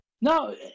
No